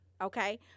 okay